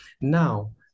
Now